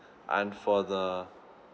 and for the